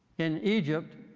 in egypt,